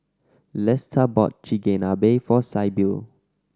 Lesta bought Chigenabe for Sybil